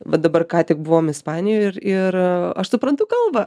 va dabar ką tik buvom ispanijoj ir ir aš suprantu kalbą